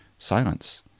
Silence